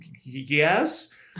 yes